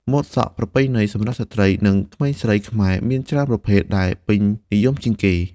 ម៉ូតសក់ប្រពៃណីសម្រាប់ស្ត្រី និងក្មេងស្រីខ្មែរមានច្រើនប្រភេទ ដែលពេញនិយមជាងគេ។